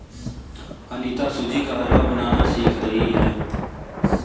अनीता सूजी का हलवा बनाना सीख रही है